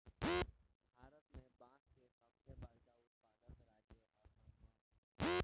भारत में बांस के सबसे बड़का उत्पादक राज्य असम ह